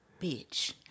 bitch